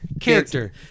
character